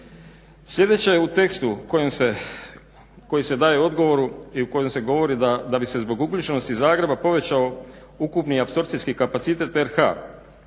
Sljedeće u tekstu koji se daje odgovoru i u kojem se govori da bi se zbog uključenosti Zagreba povećao ukupni apsorpcijski kapacitet RH